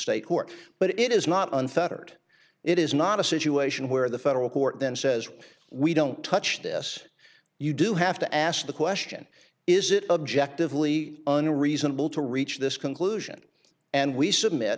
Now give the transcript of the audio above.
state court but it is not unfettered it is not a situation where the federal court then says we don't touch this you do have to ask the question is it objectively and reasonable to reach this conclusion and we s